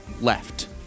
left